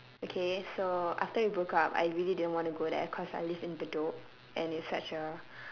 okay so after we broke up I really didn't want to go there cause I live in bedok and it's such a